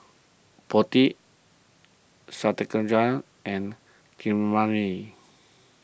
Potti Satyendra and Keeravani